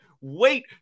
wait